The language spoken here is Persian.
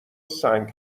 سنگ